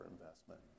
investment